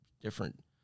different